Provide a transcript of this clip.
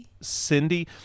Cindy